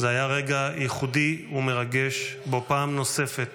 זה היה רגע ייחודי ומרגש שבו פעם נוספת